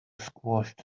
squashed